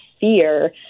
fear